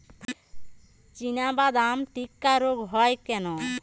চিনাবাদাম টিক্কা রোগ হয় কেন?